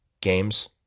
games